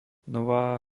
nová